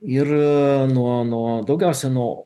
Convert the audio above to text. ir nuo nuo daugiausia nuo